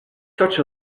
such